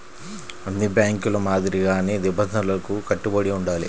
అన్ని బ్యేంకుల మాదిరిగానే నిబంధనలకు కట్టుబడి ఉండాలి